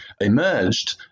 emerged